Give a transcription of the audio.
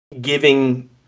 giving